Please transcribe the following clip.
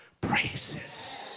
praises